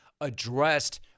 addressed